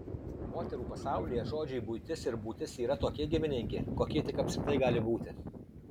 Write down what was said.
moterų pasaulyje žodžiai buitis ir būtis yra tokie giminingi kokie tik apskritai gali būti